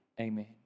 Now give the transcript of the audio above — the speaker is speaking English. Amen